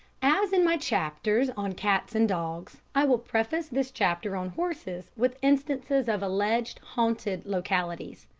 as in my chapters on cats and dogs, i will preface this chapter on horses with instances of alleged haunted localities.